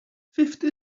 fifty